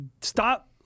Stop